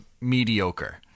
mediocre